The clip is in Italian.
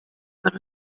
per